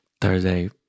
Thursday